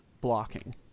blocking